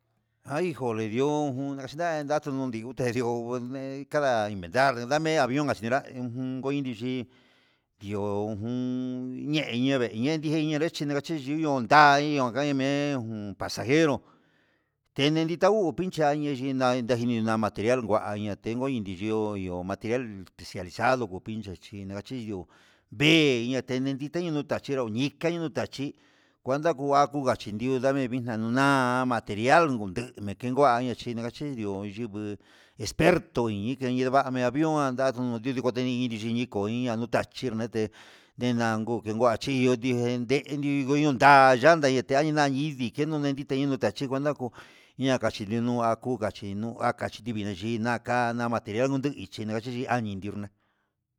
A hijo de dios jun nachina ndatu nun ndiute ndi'ó ne'í kada indal nani avión ngachinreda ion ujun ngoi ichí ye ujun ndio ninre nejen chinreda ngachi ndiun nunda ahiyon ngaime'e un pasajero, teni dita uu pincha ayayinia yani material ingua ndetu ndichi yo'o material especialidado ngu pincah chi nangachi ihó vee nichancehre te nakovaitiu nikanchi cuenta ku akuu chinidio name cuenta nguma'a ndialgo mekengo kuan inga chi nachinrio yuku esperto yike nivami avión, adadun dike kute hí yiko iña nutate achirnete ndidanji kunita chí iho endegue, hingununda nanda inda hay nayidi keno nidita niño tachí cuenta koo ña'a kachi yinda nuu akuka chi nuu nguakachi china'a ka'a material ngunuichi nangayichi algui yiirna.